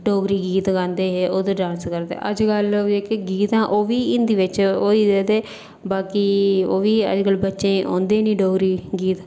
डोगरी गीत गांदे हे ते ओह्दे पर डांस करदे हे अज्जकल ते जेह्के गीत न ओह्बी हिंदी च होई दे ते बाकी ओह्बी अज्जकल बच्चें गी औंदे निं डोगरी गीत